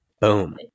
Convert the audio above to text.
Boom